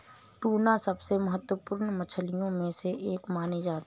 tuna सबसे महत्त्वपूर्ण मछलियों में से एक मानी जाती है